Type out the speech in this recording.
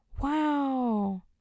Wow